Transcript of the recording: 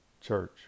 church